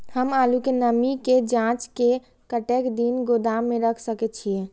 हम आलू के नमी के जाँच के कतेक दिन गोदाम में रख सके छीए?